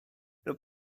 lub